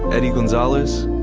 eddie gonzalez,